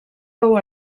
fou